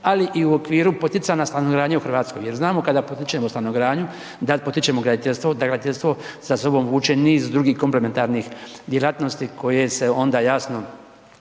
ali i u okviru poticanja na stanogradnju u Hrvatskoj. Jer znamo kada potičemo stanogradnju, da potičemo graditeljstvo, da graditeljstvo sa sobom vuče niz drugih komplementarnih djelatnosti koje se onda jasno